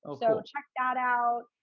so so check that out.